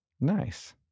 Nice